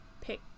pick